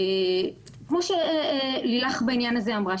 כפי שלילך אמרה בעניין הזה,